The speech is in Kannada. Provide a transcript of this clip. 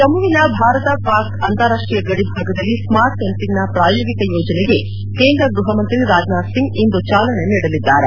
ಜಮ್ನುವಿನ ಭಾರತ ಪಾಕ್ ಅಂತಾರಾಷ್ಲೀಯ ಗಡಿಭಾಗದಲ್ಲಿ ಸ್ನಾರ್ಟ್ ಫೆನ್ಸಿಂಗ್ನ ಪ್ರಾಯೋಗಿಕ ಯೋಜನೆಗೆ ಕೇಂದ್ರ ಗ್ಟಪಮಂತ್ರಿ ರಾಜನಾಥ್ಸಿಂಗ್ ಇಂದು ಚಾಲನೆ ನೀಡಲಿದ್ದಾರೆ